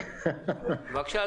בבקשה,